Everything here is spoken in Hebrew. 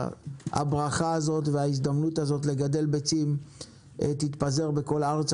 שהברכה הזאת וההזדמנות הזאת לגדל ביצים תתפזר בכל הארץ.